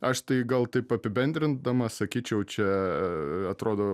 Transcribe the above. aš tai gal taip apibendrindamas sakyčiau čia atrodo